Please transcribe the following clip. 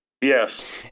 Yes